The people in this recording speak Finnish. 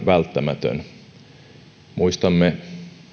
välttämätön muistamme